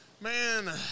Man